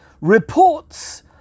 reports